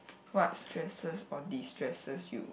what stresses or destresses you